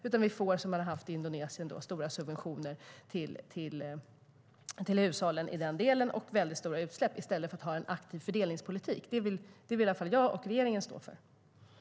I stället får man, som det varit i Indonesien, stora subventioner till hushållen i den delen och väldigt stora utsläpp men ingen aktiv fördelningspolitik. En sådan står dock jag och regeringen för.